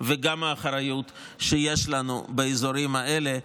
וגם האחריות שיש לנו באזורים האלה.